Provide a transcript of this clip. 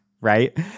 Right